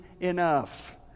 enough